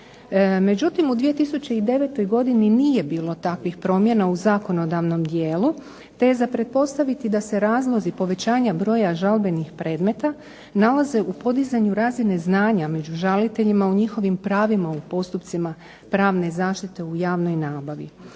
Međutim, u 2009. godini nije bilo takvih promjena u zakonodavnom dijelu te je za pretpostaviti da se razlozi povećanja broja žalbenih predmeta nalaze u podizanju razine znanja među žaliteljima u njihovim pravima u postupcima pravne zaštite u javnoj nabavi.